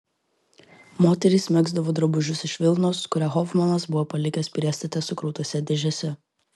moterys megzdavo drabužius iš vilnos kurią hofmanas buvo palikęs priestate sukrautose dėžėse